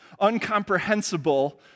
uncomprehensible